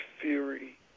fury